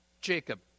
Jacob